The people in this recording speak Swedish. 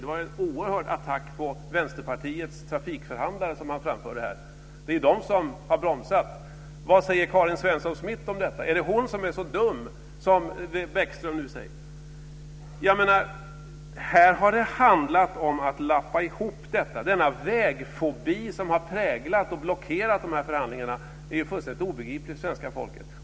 Det var en oerhörd attack på Vänsterpartiets trafikförhandlare som han framförde här. Det är ju de som har bromsat! Vad säger Karin Svensson Smith om detta? Är det hon som är så dum som Bäckström nu säger? Här har det handlat om att lappa ihop det hela. Den vägfobi som har präglat och blockerat förhandlingarna är fullständigt obegriplig för svenska folket.